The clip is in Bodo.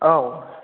औ